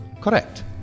correct